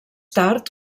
tard